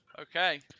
Okay